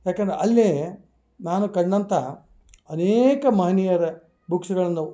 ಯಾಕಂದ್ರೆ ಅಲ್ಲಿ ನಾನು ಕಂಡಂಥ ಅನೇಕ ಮಹನೀಯರ ಬುಕ್ಸುಗಳನ್ನು